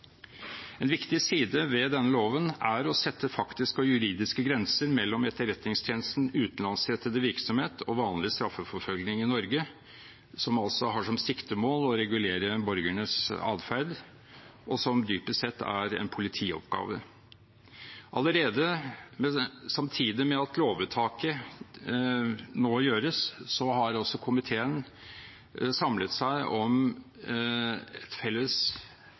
En viktig side ved denne loven er å sette faktiske og juridiske grenser mellom Etterretningstjenestens utenlandsrettede virksomhet og vanlig straffeforfølgning i Norge, som altså har som siktemål å regulere borgernes adferd, og som dypest sett er en politioppgave. Samtidig med at lovvedtaket nå gjøres, har komiteen samlet seg om et felles